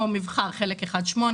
חלק אחד 8,